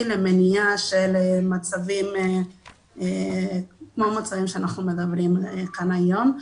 למניעה כמו המצבים שאנחנו מדברים כאן היום.